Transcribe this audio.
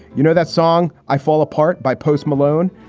you know that song i fall apart by post malone.